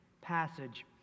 passage